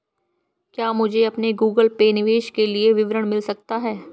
क्या मुझे अपने गूगल पे निवेश के लिए विवरण मिल सकता है?